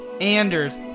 Anders